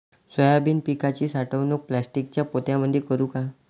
Soybean पिकाची साठवणूक प्लास्टिकच्या पोत्यामंदी करू का?